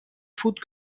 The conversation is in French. fautes